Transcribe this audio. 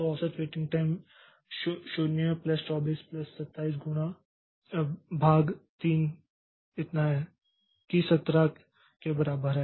तो औसत waiting time 0 plus 24 plus 27 बटा 3 से इतना है कि 17 के बराबर है